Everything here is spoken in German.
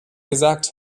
gesagt